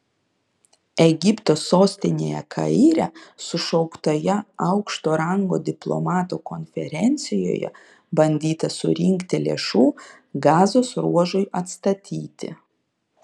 egipto sostinėje kaire sušauktoje aukšto rango diplomatų konferencijoje bandyta surinkti lėšų gazos ruožui atstatyti